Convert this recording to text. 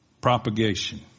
Propagation